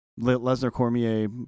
Lesnar-Cormier